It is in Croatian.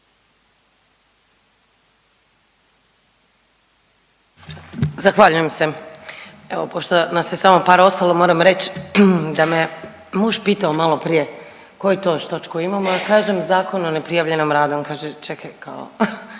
Zahvaljujem se. Evo pošto nas je samo par ostalo moram reći da me muž pitao malo prije koju to još točku imamo. Ja kažem Zakon o neprijavljenom radu. On kaže čekaj, kao